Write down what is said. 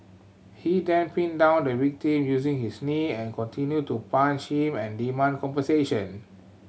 he then pinned down the victim using his knee and continued to punch him and demand compensation